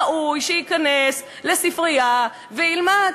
ראוי שייכנס לספרייה וילמד.